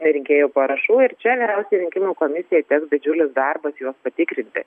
rinkėjų parašų ir čia vyriausiajai rinkimų komisijai teks didžiulis darbas juos patikrinti